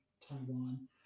Taiwan